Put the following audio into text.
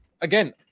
again